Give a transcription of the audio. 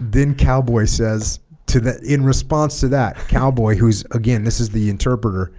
then cowboy says to that in response to that cowboy who's again this is the interpreter